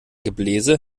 gebläse